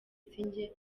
sinjye